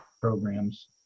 programs